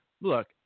Look